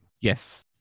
Yes